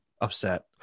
upset